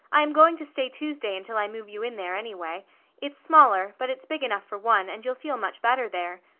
i am going to stay tuesday until i move you in there, anyway. it's smaller, but it's big enough for one, and you'll feel much better there.